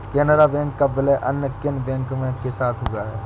Canara bank का विलय अन्य किन बैंक के साथ हुआ है?